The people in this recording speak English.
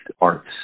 arts